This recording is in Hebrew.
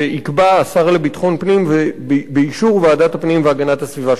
השר לביטחון פנים ובאישור ועדת הפנים והגנת הסביבה של הכנסת.